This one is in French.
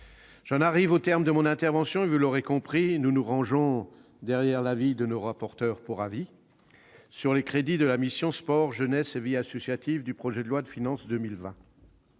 J'en arrive au terme de mon intervention. Vous l'aurez compris, nous nous rangeons à l'avis de nos rapporteurs pour avis sur les crédits de la mission « Sport, jeunesse et vie associative » de ce projet de loi de finances.